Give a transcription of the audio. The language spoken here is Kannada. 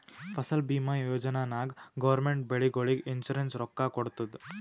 ಫಸಲ್ ಭೀಮಾ ಯೋಜನಾ ನಾಗ್ ಗೌರ್ಮೆಂಟ್ ಬೆಳಿಗೊಳಿಗ್ ಇನ್ಸೂರೆನ್ಸ್ ರೊಕ್ಕಾ ಕೊಡ್ತುದ್